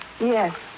Yes